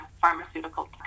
pharmaceutical